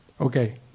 Okay